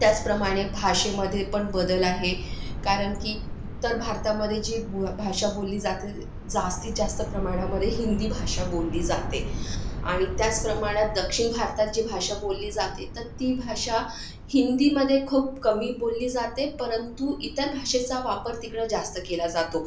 त्याचप्रमाणे भाषेमध्ये पण बदल आहे कारण की उत्तर भारतामध्ये जी भ भाषा बोलली जाते जास्तीत जास्त प्रमाणामध्ये हिंदी भाषा बोलली जाते आणि त्याच प्रमाणात दक्षिण भारतात जी भाषा बोलली जाते तर ती भाषा हिंदीमध्ये खूप कमी बोलली जाते परंतु इतर भाषेचा वापर तिकडं जास्त केला जातो